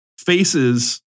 Faces